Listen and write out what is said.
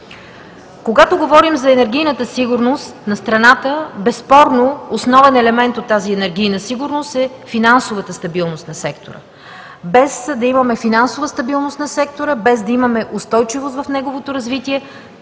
Когато говорим за енергийната сигурност на страната, безспорно основен елемент от тази енергийна сигурност е финансовата стабилност на сектора. Без да имаме финансова стабилност на сектора, без да имаме устойчивост в неговото развитие,